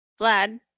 Vlad